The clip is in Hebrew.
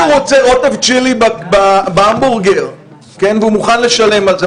כשמישהו רוצה רוטב צ'ילי בהמבורגר והוא מוכן לשלם על זה,